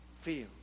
feel